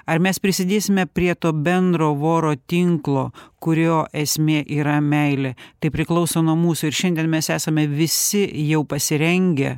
ar mes prisidėsime prie to bendro voro tinklo kurio esmė yra meilė tai priklauso nuo mūsų ir šiandien mes esame visi jau pasirengę